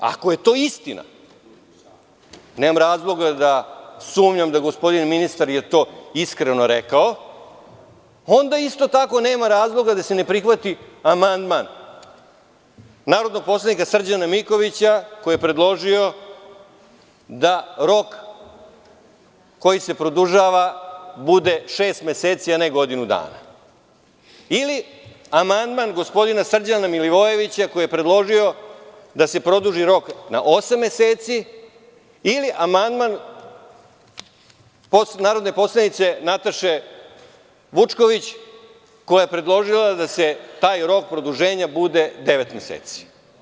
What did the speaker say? Ako je to istina, nemam razloga da sumnjam da gospodin ministar je to iskreno rekao, onda isto tako nema razloga da se ne prihvati amandman narodnog poslanika Srđana Mikovića, koji je predložio da rok koji se produžava bude šest meseci, a ne godinu dana ili amandman gospodina Srđana Milivojevića, koji je predložio da se produži rok na osam meseci ili amandman narodne poslanice Nataše Vučković, koja je predložila da taj rok produženja bude devet meseci.